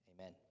amen